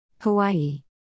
Hawaii